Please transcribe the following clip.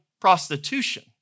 prostitution